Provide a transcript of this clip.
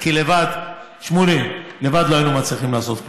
כי לבד, שמולי, לבד לא היינו מצליחים לעשות כלום.